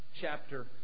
chapter